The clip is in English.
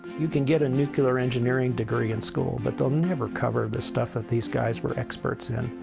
you can get a nuclear engineering degree in school, but they'll never cover the stuff that these guys were experts in,